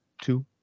two